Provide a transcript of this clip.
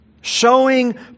Showing